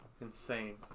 Insane